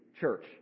Church